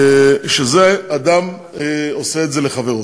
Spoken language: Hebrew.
שזה אדם עושה לחברו.